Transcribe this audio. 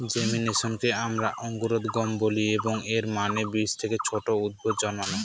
জেমিনেশনকে আমরা অঙ্কুরোদ্গম বলি, এবং এর মানে বীজ থেকে ছোট উদ্ভিদ জন্মানো